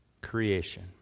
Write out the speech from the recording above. creation